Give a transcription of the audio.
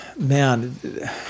man